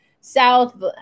South